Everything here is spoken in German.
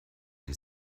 die